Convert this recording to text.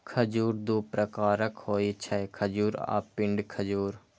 खजूर दू प्रकारक होइ छै, खजूर आ पिंड खजूर